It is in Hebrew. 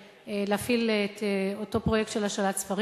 של חברת הכנסת רונית תירוש.